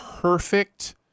perfect